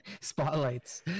spotlights